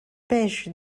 peix